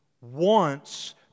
wants